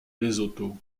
lesotho